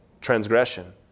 transgression